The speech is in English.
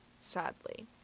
sadly